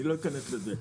אני לא אכנס לזה.